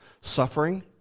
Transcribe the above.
suffering